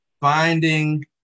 finding